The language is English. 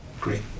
Great